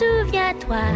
Souviens-toi